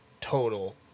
total